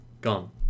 gone